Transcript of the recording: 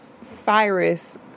Cyrus